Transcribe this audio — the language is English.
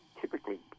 typically